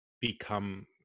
become